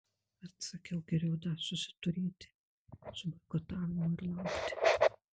atsakiau geriau dar susiturėti su boikotavimu ir laukti